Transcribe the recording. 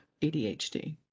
ADHD